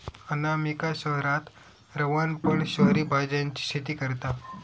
अनामिका शहरात रवान पण शहरी भाज्यांची शेती करता